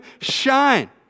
shine